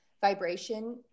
vibration